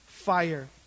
fire